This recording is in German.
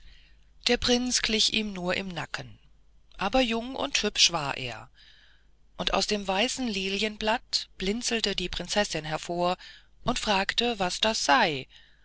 der prinz glich ihm nur im nacken aber jung und hüsch war er und aus dem weißen lilienblatt blinzelte die prinzessin hervor und fragte was das sei